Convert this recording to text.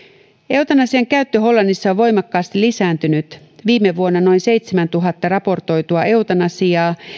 eutanasian käyttö hollannissa on voimakkaasti lisääntynyt viime vuonna noin seitsemäntuhatta raportoitua eutanasiaa